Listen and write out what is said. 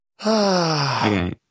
Okay